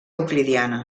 euclidiana